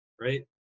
right